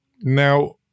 Now